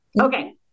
Okay